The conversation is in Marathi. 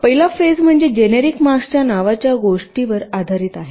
पहिला फेज मध्ये जेनेरिक मास्क नावाच्या गोष्टीवर आधारित आहे